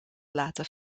laten